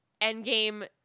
Endgame